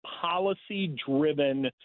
policy-driven